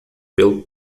pelo